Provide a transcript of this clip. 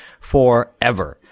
forever